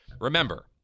Remember